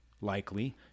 likely